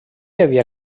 havia